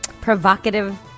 provocative